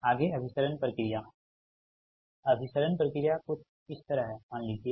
आगे अभिसरण प्रक्रिया अभिसरण प्रक्रिया कुछ इस तरह है मान लीजिए